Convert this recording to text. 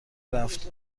رفت